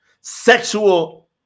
sexual